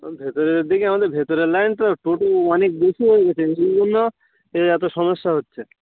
ও ভেতরের দিকে আমাদের ভেতরের লাইন তো টোটো অনেক বেশি হয়ে গেছে সেই জন্য এই এতো সমস্যা হচ্ছে